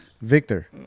Victor